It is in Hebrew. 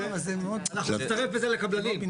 להצטרף בזה לקבלנים.